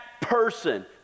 person